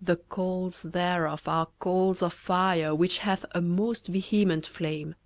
the coals thereof are coals of fire, which hath a most vehement flame.